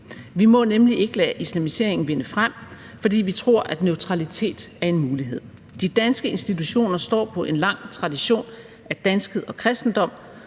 Vi må nemlig ikke lade islamiseringen vinde frem, fordi vi tror, at neutralitet er en mulighed. De danske institutioner står på en lang tradition af danskhed og kristendom,